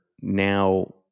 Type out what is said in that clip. now